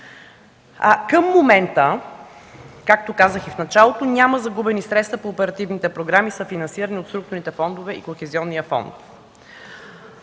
Към момента, както казах и в началото, няма загубени средства по оперативните програми, съфинансирани от структурните фондове и Кохезионния фонд.